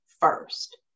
first